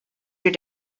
your